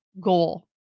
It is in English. goal